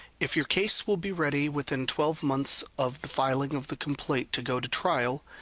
if your case will be ready within twelve months of the filing of the complaint to go to trial,